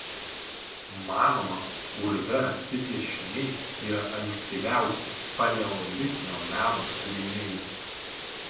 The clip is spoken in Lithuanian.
manoma urve rasti piešiniai yra ankstyviausi paleolitinio meno kūriniai